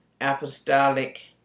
Apostolic